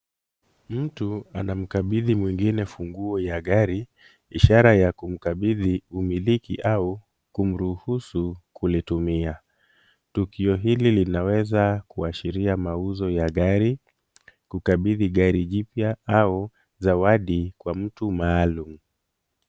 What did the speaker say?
Mtu anamkabidhi mwingine funguo ya gari ishara ya kumkabidhi umiliki au kumruhusu kulitumia. Tukio hili linaweza kuashiria mauzo ya gari, kukabidhi gari jipya au zawadi kwa mtu maalum.